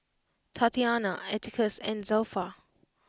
Tatyanna Atticus and Zelpha